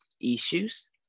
issues